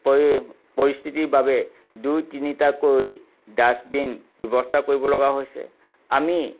পৰি পৰিস্থিতিৰ বাবে দুই তিনিটাকৈ ডাষ্টবিন ব্যৱস্থা কৰিব লগা হৈছে আমি